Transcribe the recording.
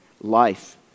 life